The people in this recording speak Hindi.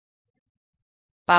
ठीक है